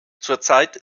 zurzeit